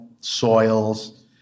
soils